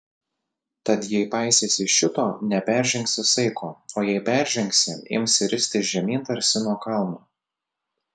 tad jei paisysi šito neperžengsi saiko o jei peržengsi imsi ristis žemyn tarsi nuo kalno